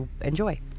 enjoy